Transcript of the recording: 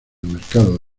mercado